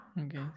okay